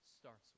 starts